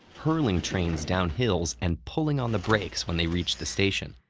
hurling trains down hills and pulling on the brakes when they reached the station.